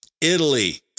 Italy